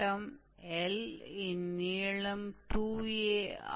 तो दिया गया समीकरण है